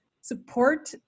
support